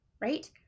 right